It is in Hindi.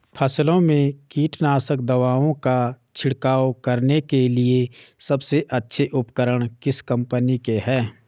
फसलों में कीटनाशक दवाओं का छिड़काव करने के लिए सबसे अच्छे उपकरण किस कंपनी के हैं?